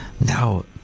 Now